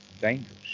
dangerous